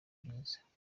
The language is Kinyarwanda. byiza